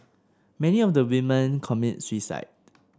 many of the women commit suicide